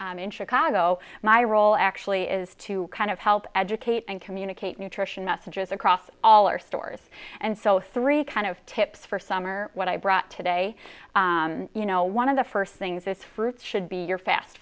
in chicago my role actually is to kind of help educate and communicate nutrition messages across all our stores and so three kind of tips for some are what i brought today you know one of the first things is fruits should be your fast